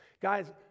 Guys